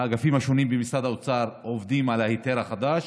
האגפים השונים במשרד האוצר עובדים על ההיתר החדש,